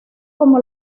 como